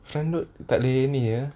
front load tak boleh ni apa